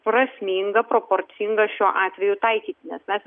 prasminga proporcinga šiuo atveju taikyti nes mes vis dėlto kalbam